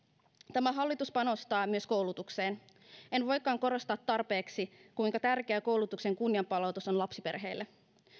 tämä hallitus panostaa myös koulutukseen en voikaan korostaa tarpeeksi kuinka tärkeää koulutuksen kunnian palautus on lapsiperheille